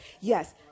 Yes